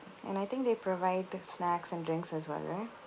and I think they provide the snacks and drinks as well right